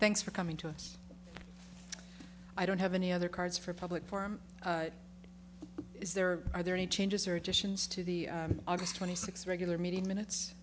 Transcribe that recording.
thanks for coming to us i don't have any other cards for a public forum is there are there any changes or additions to the august twenty sixth regular meeting minutes